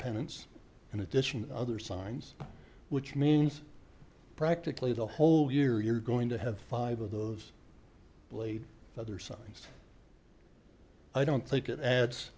pennants in addition other signs which means practically the whole year you're going to have five of those laid the other signs i don't think it adds